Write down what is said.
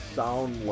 sound